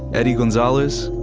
eddie gonzalez,